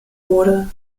wurde